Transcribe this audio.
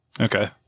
Okay